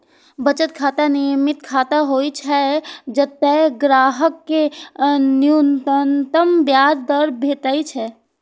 बचत खाता नियमित खाता होइ छै, जतय ग्राहक कें न्यूनतम ब्याज दर भेटै छै